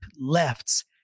lefts